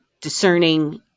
discerning